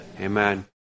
Amen